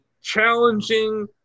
challenging